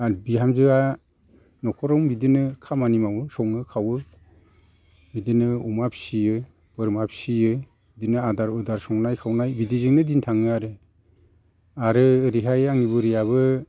आर बिहामजोआ न'खराव बिदिनो खामानि मावो सङो खावो बिदिनो अमा फियो बोरमा फियो बिदिनो आदार उदार संनाय खावनाय बिदिजोंनो दिन थाङो आरो आरो ओरैहाय आंनि बुरियाबो